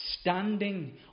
standing